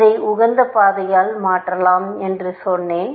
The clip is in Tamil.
இதை உகந்த பாதையால் மாற்றலாம் என்று சொன்னேன்